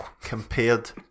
compared